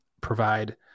provide